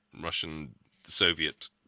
Russian-Soviet